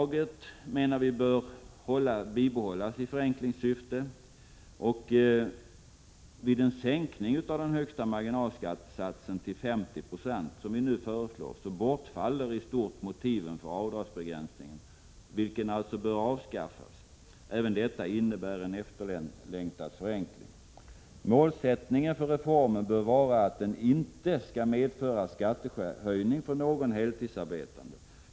Vi menar vidare i förenklingssyfte att schablonavdraget bör bibehållas. Vid en sänkning av den högsta marginalskattesatsen till 50 90 enligt vårt förslag bortfaller i stort sett motiven för avdragsbegränsningen, vilken alltså bör avskaffas. Även detta innebär en efterlängtad förenkling. Målsättningen för reformen bör vara att den inte skall medföra skattehöjning för någon heltidsarbetande.